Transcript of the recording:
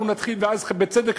בצדק,